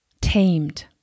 tamed